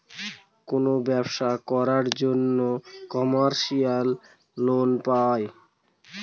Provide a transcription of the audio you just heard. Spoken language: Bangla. কোনো ব্যবসা করার জন্য লোক কমার্শিয়াল লোন পায়